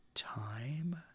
Time